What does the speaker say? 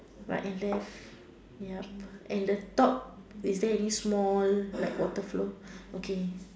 right and left and the top is there any small water flow